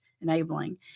enabling